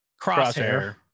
crosshair